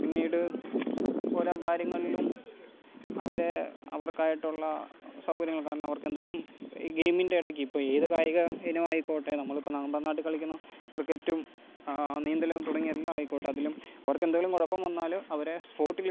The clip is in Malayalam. പിന്നീട് ഓരോ കാര്യങ്ങളിലും അവരെ അവർക്കായിട്ടുള്ള സൗകര്യങ്ങൾ കാരണം അവർക്കെന്തെങ്കിലും ഈ ഗെയ്മിന്റെ ഇടയ്ക്ക് ഇപ്പോൾ ഏതു കായിക ഇനമായിക്കോട്ടെ നമ്മളിപ്പോൾ നമ്മുടെ നാട്ടിൽ കളിക്കുന്ന ക്രിക്കറ്റും നീന്തലും തുടങ്ങിയ എല്ലാമായിക്കോട്ടെ അതിലും അവർക്കെന്തെലും കുഴപ്പം വന്നാൽ അവരെ സ്പോട്ടിൽ